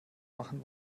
machen